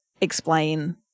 explain